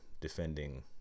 defending